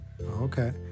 Okay